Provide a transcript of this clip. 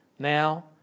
Now